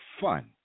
fun